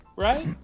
right